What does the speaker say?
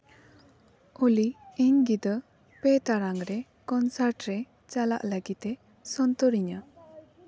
ᱳᱞᱤ ᱤᱧ ᱧᱤᱫᱟᱹ ᱯᱮ ᱴᱟᱲᱟᱝ ᱨᱮ ᱠᱚᱱᱥᱟᱞᱴ ᱨᱮ ᱪᱟᱞᱟᱜ ᱞᱟᱹᱜᱤᱫᱼᱮ ᱥᱚᱱᱛᱚᱨᱤᱧᱟᱹ